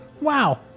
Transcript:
Wow